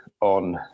on